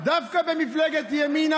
דווקא במפלגת ימינה,